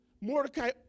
Mordecai